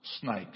snakes